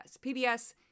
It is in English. PBS